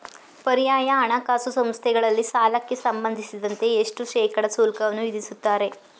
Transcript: ಪರ್ಯಾಯ ಹಣಕಾಸು ಸಂಸ್ಥೆಗಳಲ್ಲಿ ಸಾಲಕ್ಕೆ ಸಂಬಂಧಿಸಿದಂತೆ ಎಷ್ಟು ಶೇಕಡಾ ಶುಲ್ಕವನ್ನು ವಿಧಿಸುತ್ತಾರೆ?